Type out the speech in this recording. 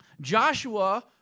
Joshua